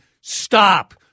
stop